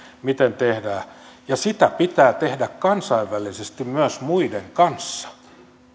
miten tehdään ja sitä pitää tehdä kansainvälisesti myös muiden kanssa